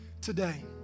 today